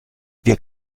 wir